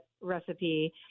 recipe